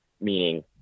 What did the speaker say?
meaning